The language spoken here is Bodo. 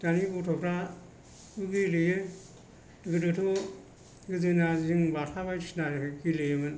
दानि गथ'फोरा गेलेयो गोदोथ' गोदोना जों बाथा बायदिसिना गेलेयोमोन